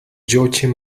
joachim